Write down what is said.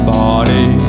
body